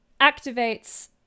activates